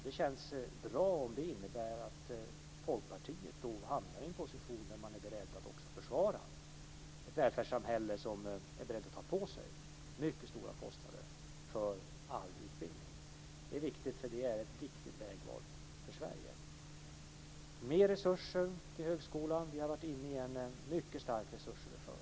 Det känns bra om det innebär att Folkpartiet då hamnar i en position där man är beredd att också försvara ett välfärdssamhälle som är berett att ta på sig mycket stora kostnader för all utbildning. Det är viktigt, för det är ett viktigt vägval för Sverige. Mer resurser ges alltså till högskolan. Vi har varit inne i en mycket stark resursöverföring.